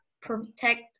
protect